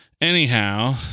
Anyhow